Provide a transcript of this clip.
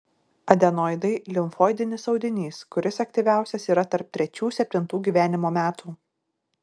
adenoidai limfoidinis audinys kuris aktyviausias yra tarp trečių septintų gyvenimo metų